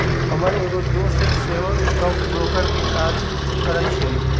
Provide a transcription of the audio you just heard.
हमर एगो दोस सेहो स्टॉक ब्रोकर के काज करइ छइ